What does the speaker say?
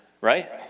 right